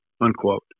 unquote